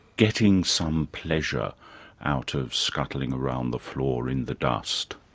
getting some pleasure out of scuttling around the floor in the dust,